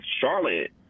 Charlotte